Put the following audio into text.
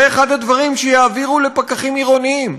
זה אחד הדברים שיעבירו לפקחים עירוניים.